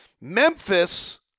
Memphis